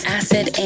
acid